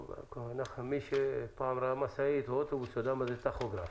מי שראה פעם משאית ואוטובוס יודע מה זה טכוגרף,